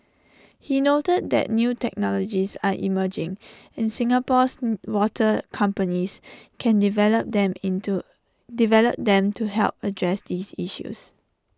he noted that new technologies are emerging and Singapore's water companies can develop them into develop them to help address these issues